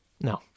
No